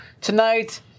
tonight